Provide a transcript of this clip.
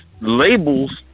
labels